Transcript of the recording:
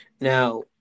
now